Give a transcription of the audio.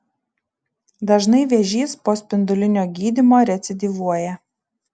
dažnai vėžys po spindulinio gydymo recidyvuoja